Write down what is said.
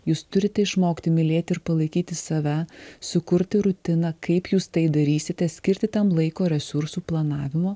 jūs turite išmokti mylėti ir palaikyti save sukurti rutiną kaip jūs tai darysite skirti tam laiko resursų planavimo